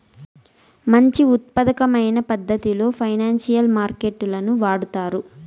మంచి ఉత్పాదకమైన పద్ధతిలో ఫైనాన్సియల్ మార్కెట్ లను వాడుతారు